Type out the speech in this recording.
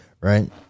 right